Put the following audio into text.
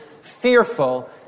fearful